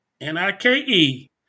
N-I-K-E